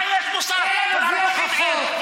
אם היית רואה את התוכנית של דרוקר ולא מפטפט את עצמך לדעת,